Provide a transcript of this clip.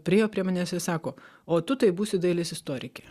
priėjo prie manęs ir sako o tu tai būsi dailės istorikė